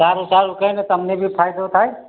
સારું સારું કઈ નહી તમને બી ફાયદો થાય